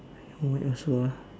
what else some more ah